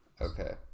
Okay